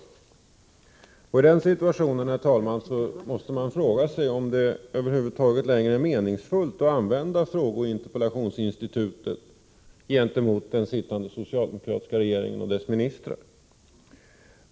Mot den bakgrunden måste man fråga sig, herr talman, om det över huvud taget är meningsfullt längre att använda frågeoch interpellationsinstitutet gentemot den sittande socialdemokratiska regeringen och dess ministrar.